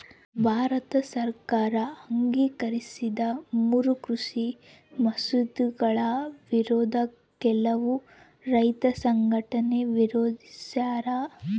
ಭಾರತ ಸರ್ಕಾರ ಅಂಗೀಕರಿಸಿದ ಮೂರೂ ಕೃಷಿ ಮಸೂದೆಗಳ ವಿರುದ್ಧ ಕೆಲವು ರೈತ ಸಂಘಟನೆ ವಿರೋಧಿಸ್ಯಾರ